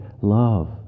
love